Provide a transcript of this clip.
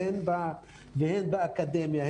הן באקדמיה,